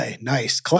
Nice